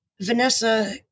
Vanessa